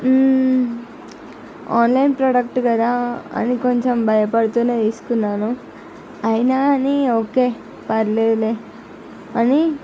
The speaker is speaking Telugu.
ఆన్లైన్ ప్రోడక్ట్ కదా అది కొంచెం భయపడుతూనే తీసుకున్నాను అయినా అని ఓకే పర్లేదులే అని